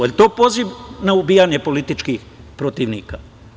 Je li to poziv na ubijanje političkih protivnika?